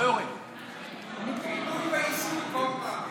ריפוי בעיסוק.